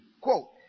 quote